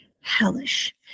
hellish